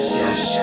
yes